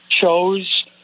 chose